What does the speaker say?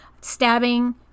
stabbing